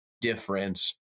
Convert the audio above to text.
difference